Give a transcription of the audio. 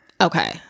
Okay